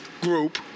group